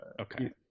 Okay